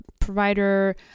provider